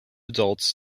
adults